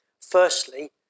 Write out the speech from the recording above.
Firstly